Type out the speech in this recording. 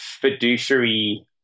fiduciary